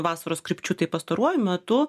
vasaros krypčių tai pastaruoju metu